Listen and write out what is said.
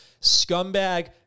scumbag